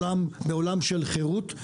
בעולם של חירות,